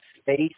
space